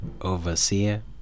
overseer